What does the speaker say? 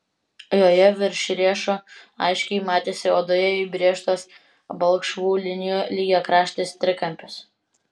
joje virš riešo aiškiai matėsi odoje įbrėžtas balkšvų linijų lygiakraštis trikampis